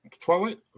Twilight